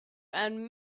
and